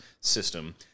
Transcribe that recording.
system